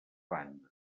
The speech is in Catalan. banda